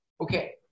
Okay